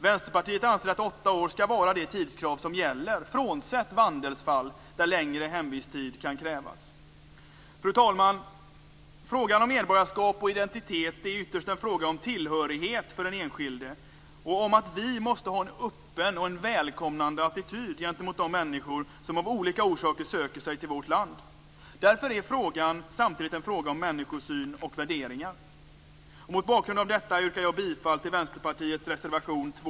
Vänsterpartiet anser att åtta år skall vara det tidskrav som gäller frånsett vandelsfall, där längre hemvisttid kan krävas. Fru talman! Frågan om medborgarskap och identitet är ytterst en fråga om tillhörighet för den enskilde. Vi måste ha en öppen och välkomnande attityd gentemot de människor som av olika orsaker söker sig till vårt land. Därför är frågan samtidigt en fråga om människosyn och värderingar. Mot bakgrund av detta yrkar jag bifall till Vänsterpartiets reservation 2